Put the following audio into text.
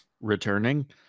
returning